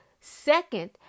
Second